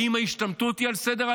האם ההשתמטות היא על סדר-היום?